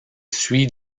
suit